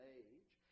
age